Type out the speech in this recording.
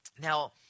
Now